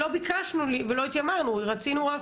לא ביקשנו ולא התיימרנו, רצינו רק